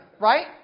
right